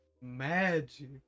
Magic